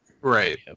Right